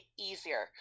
easier